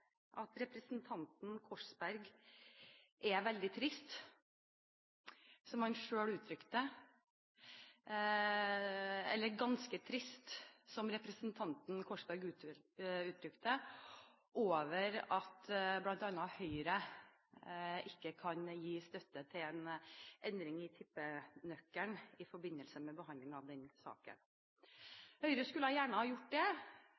at representanten Korsberg er «ganske trist», som representanten Korsberg selv uttrykte det, over at bl.a. Høyre ikke kan gi støtte til en endring i tippenøkkelen i forbindelse med behandlingen av denne saken. Høyre skulle gjerne ha gjort det,